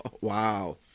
wow